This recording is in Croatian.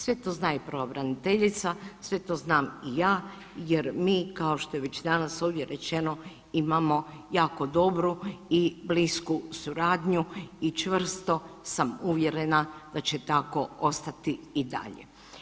Sve to zna i pravobraniteljica, sve to znam i ja jer mi, kao što je već danas ovdje rečeno, imamo jako dobru i blisku suradnju i čvrsto sam uvjerena da će tako ostati i dalje.